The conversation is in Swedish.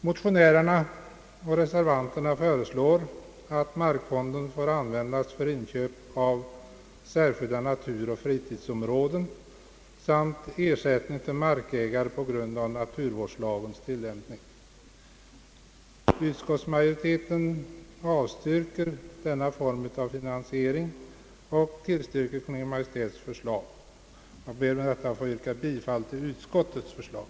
Motionärerna och reservanterna föreslår att markfonden får användas för inköp av särskilda naturoch fritidsområden samt för ersättning till markägare på grund av naturvårdslagens tilllämpning. Utskottsmajoriteten avstyrker denna form av finansiering och tillstyrker Kungl. Maj:ts förslag. Jag ber med detta att få yrka bifall till utskottets förslag.